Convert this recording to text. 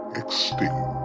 extinct